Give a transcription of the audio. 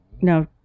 No